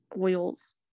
oils